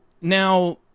now